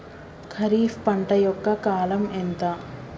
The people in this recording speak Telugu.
ఖరీఫ్ పంట యొక్క కాలం ఎంత?